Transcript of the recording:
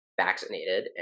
vaccinated